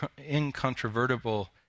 incontrovertible